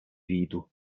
vidu